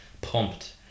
pumped